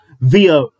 via